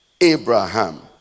Abraham